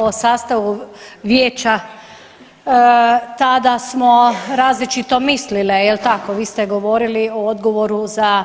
o sastavu vijeća tada smo različito mislile, je li tako, vi ste govorili o odgovoru za